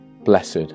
blessed